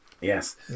Yes